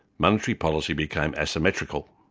monetary policy became asymmetrical.